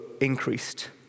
increased